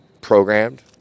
programmed